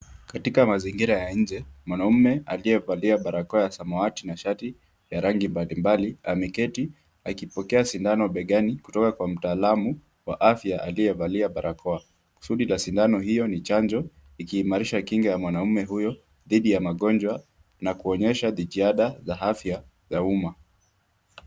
Katika mazingira ya nje, mwanaume aliyevalia barakoa ya samawati na shati ya rangi mbalimbali ameketi akipokea sindano begani kutoka kwa mtaalamu wa afya aliyevalia barakoa. Kusudi la sindano hiyo ni chanjo ikiimarisha kinga ya mwanaume huyo dhidi ya magonjwa na kuonyesha jitihada za afya za umma.